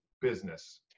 business